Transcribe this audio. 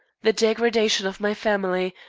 the degradation of my family,